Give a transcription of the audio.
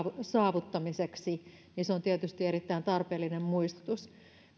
saavuttamiseksi ovat tietenkin erittäin tarpeellinen muistutus